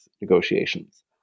negotiations